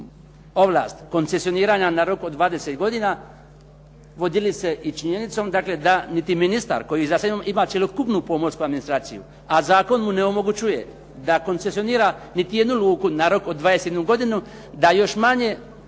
ovlast koncesioniranja na rok od 20 godina vodili se i činjenicom dakle da niti ministar koji iza sebe ima cjelokupnu pomorsku administraciju, a zakon mu ne omogućuje da koncesionira niti jednu luku na rok od 21 godinu, da još manje